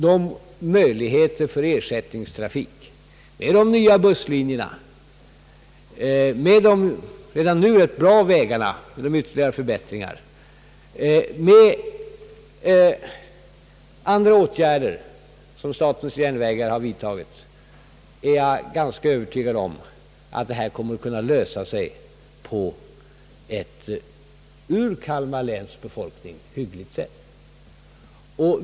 Med möjligheten till ersättningstrafik genom de nya busslinjerna, med de redan nu rätt bra vägarna, med ytterligare förbättringar av dessa och med andra åtgärder som statens järnvägar har vidtagit är jag ganska övertygad om att detta problem kommer att kunna lösas på ett ur Kalmar läns befolknings synvinkel hyggligt sätt.